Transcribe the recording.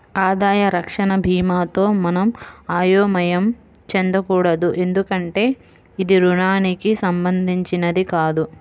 ఆదాయ రక్షణ భీమాతో మనం అయోమయం చెందకూడదు ఎందుకంటే ఇది రుణానికి సంబంధించినది కాదు